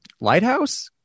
lighthouse